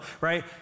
right